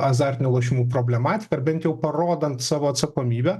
azartinių lošimų problematiką ar bent jau parodant savo atsakomybę